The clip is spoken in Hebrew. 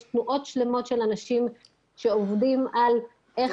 יש תנועות שלמות של אנשים שעובדים על איך